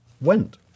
went